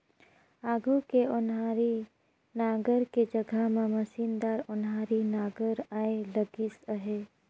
आघु के ओनारी नांगर के जघा म मसीनदार ओन्हारी नागर आए लगिस अहे